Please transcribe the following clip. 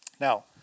Now